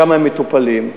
שם המקרים מטופלים.